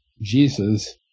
Jesus